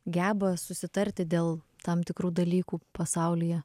geba susitarti dėl tam tikrų dalykų pasaulyje